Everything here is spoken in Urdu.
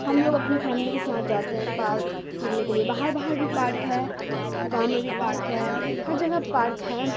ہم لوگ اپنے فیملی کے ساتھ جاتے ہیں پارک گھومنے کے لیے باہر باہر بھی پارک ہے گاؤں میں بھی پارک ہے ہر جگہ پارک ہے